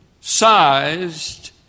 sized